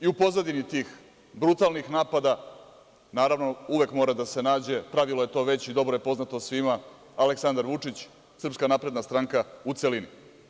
U pozadini tih brutalnih napada, naravno, uvek mora da se nađe, pravilo je to već i dobro je poznato svima, Aleksandar Vučić i Srpska napredna stranka u celini.